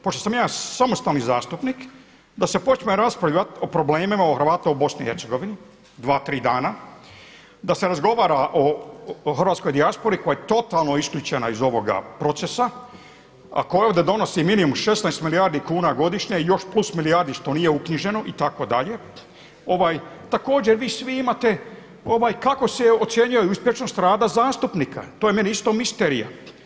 Pošto sam ja samostalni zastupnik da se počne raspravljati o problemima Hrvata u BiH dva, tri dana, da se razgovara o hrvatskoj dijaspori koja je totalno isključena iz ovoga procesa, a koja ovdje donosi minimum 16 milijardi kuna godišnje i još plus milijardi što nije uknjiženo itd. također vi svi imate kako se ocjenjuje uspješnost rada zastupnika, to je meni isto misterija.